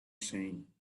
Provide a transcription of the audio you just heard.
saying